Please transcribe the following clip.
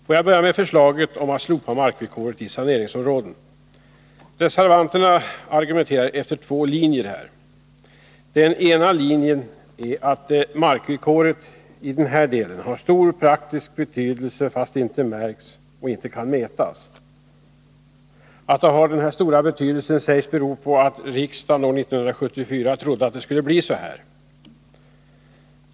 Får jag börja med förslaget om att slopa markvillkoret i saneringsområden. Reservanterna argumenterar efter två linjer. Den ena linjen är att markvillkoret i den här delen har stor praktisk betydelse, fast det inte märks och inte kan mätas. Att det har denna stora betydelse beror på att riksdagen år 1974 trodde att det skulle bli så.